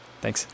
Thanks